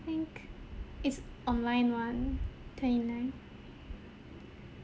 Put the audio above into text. think it's online [one] twenty ninth